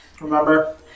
Remember